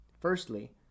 Firstly